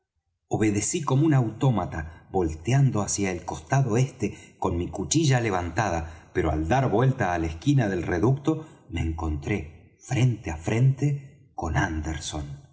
obedecí como un autómata volteando hacia el costado este con mi cuchilla levantada pero al dar vuelta á la esquina del reducto me encontré frente á frente con anderson